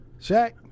Shaq